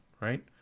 right